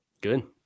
Good